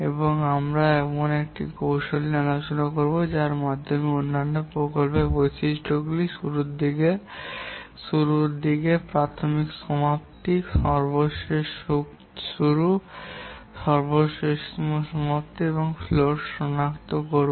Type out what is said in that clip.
এবং আমরা এখন এমন একটি কৌশল নিয়ে আলোচনা করব যার মাধ্যমে আমরা অন্যান্য প্রকল্পের বৈশিষ্ট্যগুলিকে শুরুর দিকে শুরুর আগে প্রাথমিকতম সমাপ্তি সর্বশেষ শুরু সর্বশেষতম সমাপ্তি এবং ফ্লোট শনাক্ত করব